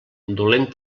dolent